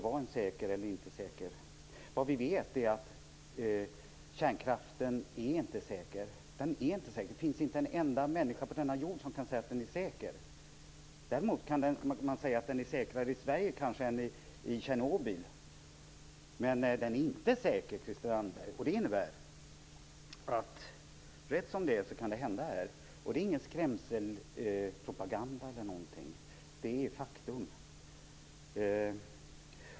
Vi vet att kärnkraften inte är säker. Det finns inte en enda människa på denna jord som kan säga att den är säker. Däremot kan man kanske säga att den är säkrare i Sverige än i Tjernobyl. Men den är inte säker, Christel Anderberg! Det innebär att rätt som det är kan det hända en olycka här. Det är inte någon skrämselpropaganda, det är ett faktum.